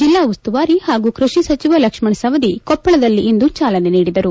ಜಿಲ್ಲಾ ಉಸ್ತುವಾರಿ ಹಾಗೂ ಕೃಷಿ ಸಚಿವ ಲಕ್ಷ್ಮಣ ಸವದಿ ಕೊಪ್ಪಳದಲ್ಲಿಂದು ಚಾಲನೆ ನೀಡಿದರು